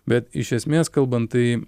bet iš esmės kalbant tai